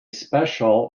special